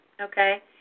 Okay